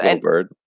bird